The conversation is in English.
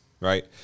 right